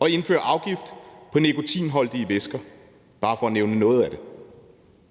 og indføre afgift på nikotinholdige væsker – bare for at nævne noget af det.